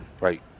Right